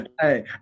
Hey